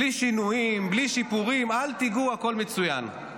בלי שינויים, בלי שיפורים, אל תיגעו, הכול מצוין.